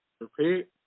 Repeat